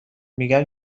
میگم